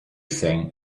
thing